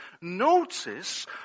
Notice